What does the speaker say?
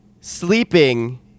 sleeping